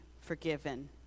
forgiven